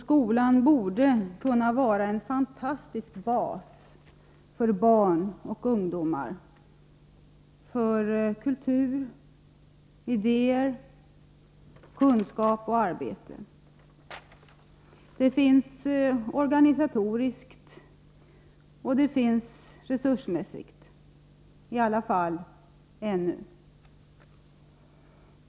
Skolan borde kunna vara en fantastisk bas för barn och ungdomar, för kultur, idéer, kunskap och arbete. Det finns i alla fall organisatoriskt och resursmässigt möjligheter till detta.